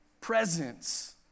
presence